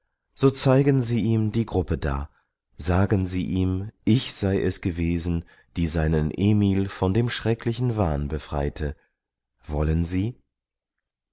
gewiß so zeigen sie ihm die gruppe da sagen sie ihm ich sei es gewesen die seinen emil von dem schrecklichen wahn befreite wollen sie